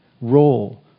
role